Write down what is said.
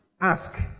Ask